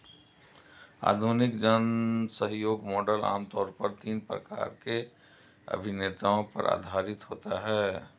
आधुनिक जनसहयोग मॉडल आम तौर पर तीन प्रकार के अभिनेताओं पर आधारित होता है